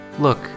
Look